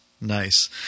Nice